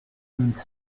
mille